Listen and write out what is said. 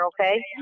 okay